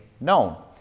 known